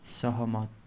सहमत